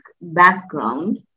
background